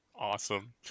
Awesome